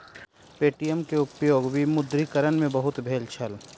Paytm के उपयोग विमुद्रीकरण में बहुत भेल छल